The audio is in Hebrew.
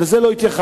ולזה לא התייחסת.